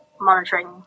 monitoring